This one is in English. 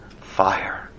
fire